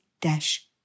dash